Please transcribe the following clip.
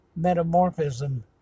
metamorphism